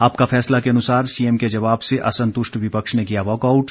आपका फैसला के अनुसार सीएम के जवाब से असंतुष्ट विपक्ष ने किया वॉकआउट